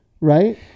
right